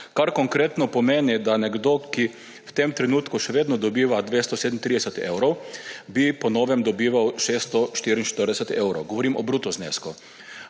kar konkretno pomeni, da bi nekdo, ki v tem trenutku še vedno dobiva 237 evrov, po novem dobival 644 evrov, govorim o bruto znesku.